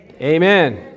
Amen